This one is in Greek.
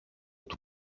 του